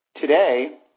Today